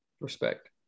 Respect